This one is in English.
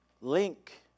Link